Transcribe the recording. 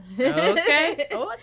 Okay